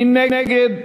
מי נגד?